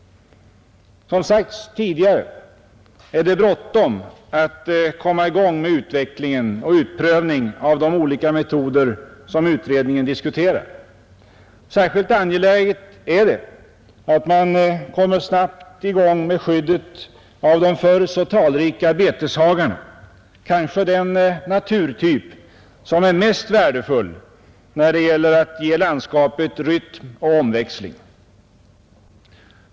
Som sagts tidigare är det bråttom att komma i gång med utvecklingen och utprövningen av de olika metoder som utredningen diskuterar. Särskilt angeläget är det att man snabbt kommer i gång med skyddet av de förr så talrika beteshagarna — kanske den naturtyp som är mest värdefull när det gäller att ge landskapet rytm och omväxling.